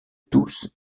tous